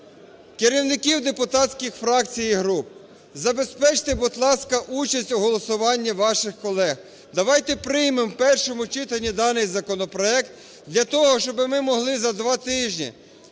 керівників депутатських фракцій і груп, забезпечте, будь ласка, участь у голосуванні ваших колег, давайте приймемо в першому читанні даний законопроект для того, щоб ми могли за два тижні